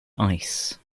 ice